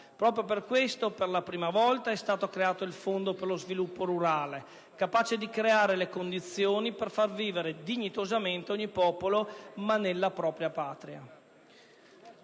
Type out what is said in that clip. Proprio per questo, per la prima volta, è stato creato il Fondo per lo sviluppo rurale, capace di creare le condizioni per far vivere dignitosamente ogni popolo, ma nella propria Patria.